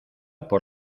por